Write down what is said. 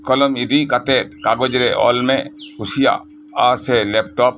ᱠᱚᱞᱚᱢ ᱤᱫᱤ ᱠᱟᱛᱮᱫ ᱠᱟᱜᱚᱡᱽ ᱨᱮ ᱚᱞ ᱢᱮ ᱟᱢ ᱪᱮᱫ ᱮᱢ ᱠᱩᱥᱤᱭᱟᱜᱼᱟ ᱞᱮᱯᱴᱚᱯ ᱥᱮ